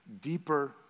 deeper